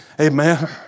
Amen